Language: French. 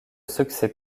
succès